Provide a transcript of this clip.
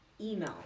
email